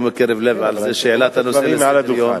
מקרב לב על זה שהעלה את הנושא לסדר-היום,